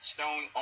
Stone